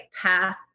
path